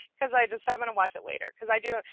cuz i just. so i'm gonna watch it later, cuz i do.